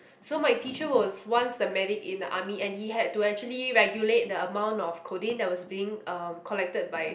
so my teacher was once the medic in the army and he had to actually regulate the amount of codeine that was being um collected by